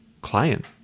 client